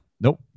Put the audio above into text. Nope